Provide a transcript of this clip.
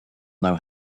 know